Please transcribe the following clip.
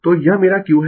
तो यह मेरा q है